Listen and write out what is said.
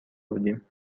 بودیم